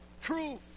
proof